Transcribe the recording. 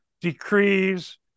decrees